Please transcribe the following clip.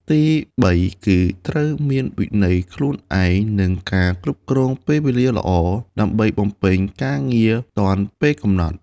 ទីបី គឺត្រូវមាន វិន័យខ្លួនឯង និង ការគ្រប់គ្រងពេលវេលាល្អ ដើម្បីបំពេញការងារទាន់ពេលកំណត់។